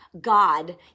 God